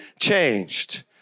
changed